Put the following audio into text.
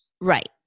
Right